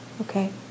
Okay